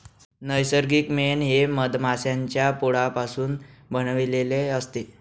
नैसर्गिक मेण हे मधमाश्यांच्या पोळापासून बनविलेले असते